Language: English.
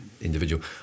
individual –